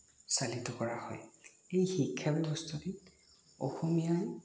চালিত কৰা হয় এই শিক্ষা ব্যৱস্থাটিত অসমীয়াই